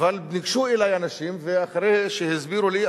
אבל ניגשו אלי אנשים ולאחר שהסבירו לי,